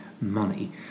money